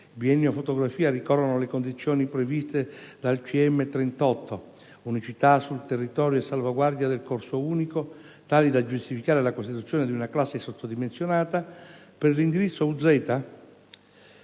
biennio fotografia - ricorrono le condizioni previste dalla circolare ministeriale n. 38 (unicità sul territorio e salvaguardia del corso unico), tali da giustificare la costituzione di una classe sottodimensionata, per l'indirizzo UZ